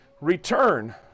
Return